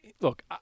look